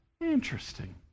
Interesting